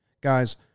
Guys